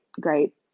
great